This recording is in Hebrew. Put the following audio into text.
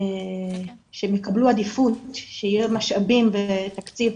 שהם יקבלו עדיפות, שיהיו משאבים ותקציב,